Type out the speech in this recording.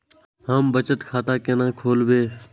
हम बचत खाता केना खोलैब?